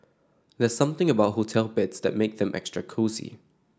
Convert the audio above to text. there's something about hotel beds that makes them extra cosy